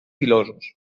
pilosos